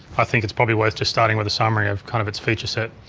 i think it's probably worth just starting with a summary of kind of its feature set.